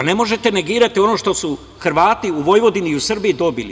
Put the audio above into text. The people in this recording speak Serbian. Ne možete negirati ono što su Hrvati u Vojvodini i u Srbiji dobili.